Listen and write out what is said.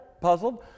puzzled